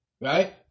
right